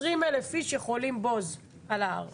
20,000 איש יכולים בו זמנית על ההר.